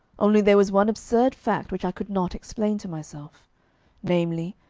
only there was one absurd fact which i could not explain to myself namely,